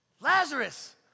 Lazarus